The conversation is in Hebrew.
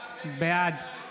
בעד